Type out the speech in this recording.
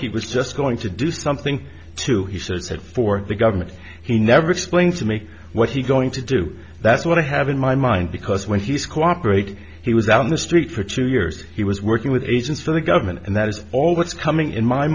thought he was just going to do something to he says that for the government he never explained to me what he's going to do that's what i have in my mind because when he's cooperate he was on the street for two years he was working with agents for the government and that is all that's coming in my